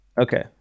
Okay